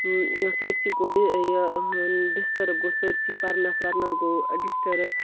سٲرۍسٕے گوٚو ڈِ یہِ ڈِسٹٲرٕب گوٚو سٲرۍسٕے پَرنَس وَرنَس گوٚو ڈِسٹٲرٕب